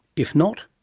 if not,